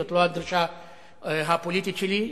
זאת לא הדרישה הפוליטית שלי: